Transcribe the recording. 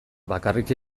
bakarrik